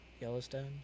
Yellowstone